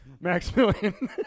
Maximilian